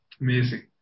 Amazing